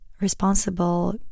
responsible